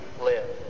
live